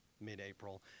mid-April